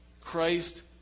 Christ